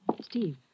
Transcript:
Steve